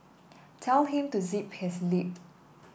tell him to zip his lip